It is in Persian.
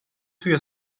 توی